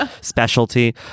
specialty